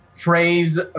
praise